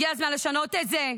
הגיע הזמן לשנות את זה,